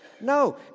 No